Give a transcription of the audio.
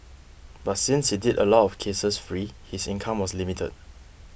but since he did a lot of cases free his income was limited